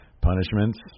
punishments